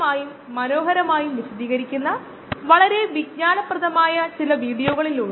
എഞ്ചിനീയർമാർ പ്രതീക്ഷിക്കുന്ന തരത്തിലുള്ള കാര്യങ്ങളാണിവ ഈ കഴിവുകൾ നേടുന്നത് നല്ലതായിരിക്കും